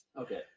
okay